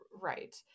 Right